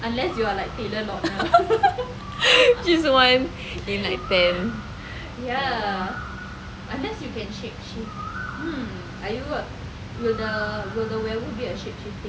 she is one in like ten